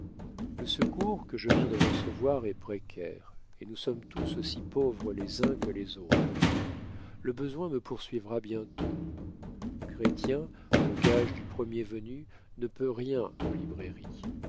le secours que je viens de recevoir est précaire et nous sommes tous aussi pauvres les uns que les autres le besoin me poursuivra bientôt chrestien aux gages du premier venu ne peut rien en librairie